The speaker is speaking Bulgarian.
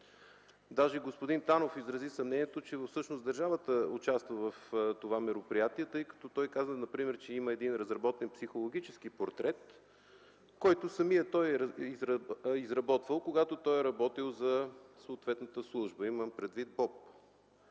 Даже господин Танов изрази съмнението, че всъщност държавата участва в това мероприятие, тъй като той каза например, че има един разработен психологически портрет, който самият той изработвал, когато е работил за съответната служба – имам предвид БОП.